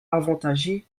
avantagé